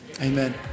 amen